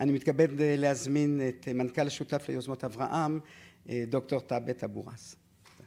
אני מתכבד להזמין את מנכל השותף ליוזמות אברהם, דוקטור טאבטה בורס.